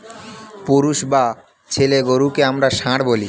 পুরুষ বা ছেলে গরুকে আমরা ষাঁড় বলি